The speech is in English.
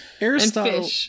Aristotle